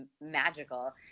magical